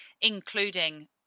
including